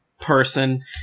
person